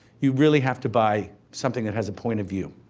you really have to buy something that has a point of view.